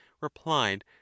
replied